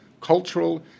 cultural